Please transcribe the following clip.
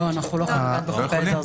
לא, אנחנו לא יכולים לגעת בחוק העזר.